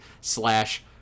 slash